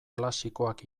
klasikoak